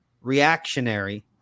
reactionary